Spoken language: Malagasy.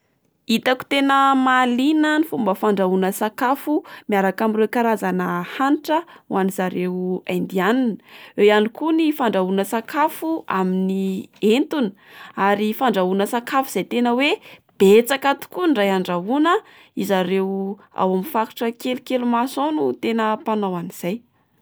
Itako tena mahaliana ny fomba fandrahoana sakafo miaraka amin'ireo karazana hanitra ho an'izareo Indiana. Eo ihany koa ny fandrahoana sakafo amin'ny entona, ary fandrahoana sakafo izay tena oe betsaka tokoa ny iray andrahona izareo ao amin'ny faritra kelikely maso ao no tena mpanao an'izay.